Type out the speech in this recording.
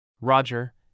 Roger